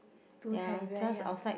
two Teddy Bear ya